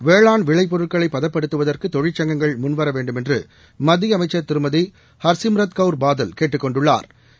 வேளாண் விளைப் பொருட்களை பதப்படுத்துவதற்கு தொழிற்சங்கங்கள் முன்வர வேண்டுமென்று மத்திய அமைச்சா் திருமதி ஹா்சிம்ரத் கௌா் பாதல் கேட்டுக் கொண்டுள்ளாா்